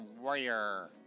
Warrior